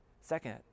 Second